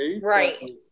Right